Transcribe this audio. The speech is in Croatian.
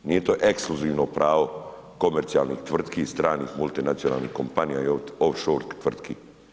Nije to ekskluzivno pravo komercijalnih tvrtki i stranih multinacionalnih kompanija i offshore tvrtki.